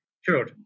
Sure